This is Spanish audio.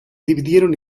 dividieron